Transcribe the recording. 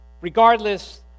regardless